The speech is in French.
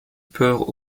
peur